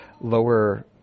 lower